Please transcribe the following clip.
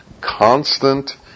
constant